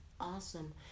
Awesome